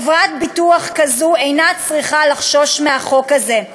חברת ביטוח כזאת אינה צריכה לחשוש מהחוק הזה.